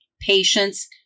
patience